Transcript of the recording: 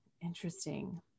interesting